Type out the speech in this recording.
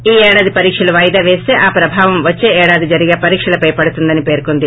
ఈ ఏడాది పరీక్షలు వాయిదా పేస్త ఆ ప్రభావం వచ్చే ఏడాది జరిగే పరీక్షలపై పడుతుందని పేర్కొంది